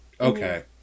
Okay